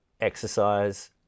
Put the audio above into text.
exercise